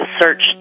search